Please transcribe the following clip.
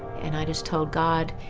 and i just told god,